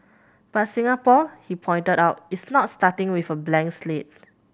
but Singapore he pointed out is not starting with a blank slate